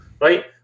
right